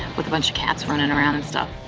with a bunch of cats running around and stuff.